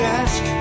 ask